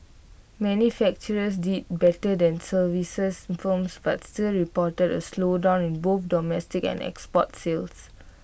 manufacturers did better than services firms but still reported A slowdown in both domestic and export sales